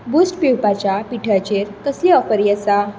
boost पिवपाच्या पिठ्याचेर कसली ऑफरी आसा